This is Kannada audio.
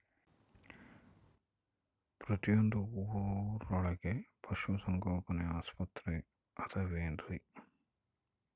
ಪ್ರತಿಯೊಂದು ಊರೊಳಗೆ ಪಶುಸಂಗೋಪನೆ ಆಸ್ಪತ್ರೆ ಅದವೇನ್ರಿ?